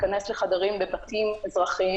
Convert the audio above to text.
להיכנס לחדרים בבתים אזרחיים.